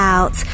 Out